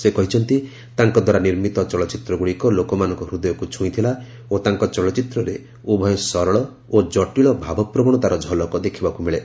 ସେ କହିଛନ୍ତି ତାଙ୍କ ଦ୍ୱାରା ନିର୍ମିତ ଚଳଚ୍ଚିତ୍ରଗୁଡ଼ିକ ଲୋକମାନଙ୍କ ହୃଦୟକୁ ଛୁଇଁଥିଲା ଓ ତାଙ୍କ ଚଳଚ୍ଚିତ୍ରରେ ଉଭୟ ସରଳ ଓ କଟୀଳ ଭାବପ୍ରବଣତାର ଝଲକ ଦେଖିବାକୁ ମିଳେ